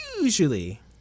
usually